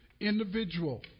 individual